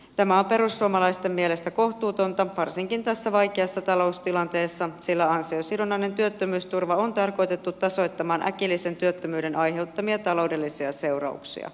tämä on perussuomalaisten mielestä kohtuutonta varsinkin tässä vaikeassa taloustilanteessa sillä ansiosidonnainen työttömyysturva on tarkoitettu tasoittamaan äkillisen työttömyyden aiheuttamia taloudellisia seurauksia